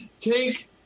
take